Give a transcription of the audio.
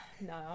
No